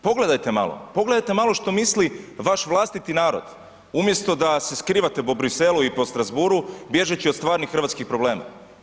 Pogledajte malo, pogledajte malo što misli vaš vlastiti narod, umjesto da se skrivate po Bruxellesu i po Strasbourgu bježeći od stvarnih hrvatskih problema.